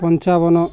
ପଞ୍ଚାବନ